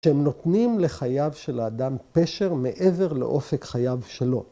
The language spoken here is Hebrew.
‫שהם נותנים לחייו של האדם פשר ‫מעבר לאופק חייו שלו.